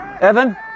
Evan